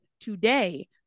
today